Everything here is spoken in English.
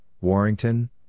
Warrington